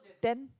then